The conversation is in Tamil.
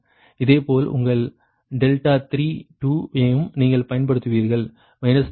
இதேபோல் உங்கள் 3 ஐயும் நீங்கள் பயன்படுத்துவீர்கள் 3